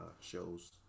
shows